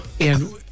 And-